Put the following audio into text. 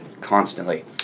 constantly